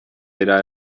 era